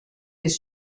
his